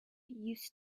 used